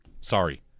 sorry